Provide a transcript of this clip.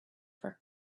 for